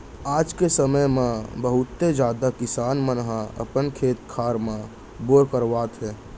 आज के समे म बहुते जादा किसान मन ह अपने खेत खार म बोर करवावत हे